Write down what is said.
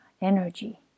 energy